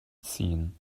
ziehen